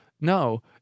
No